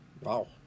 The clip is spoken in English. Wow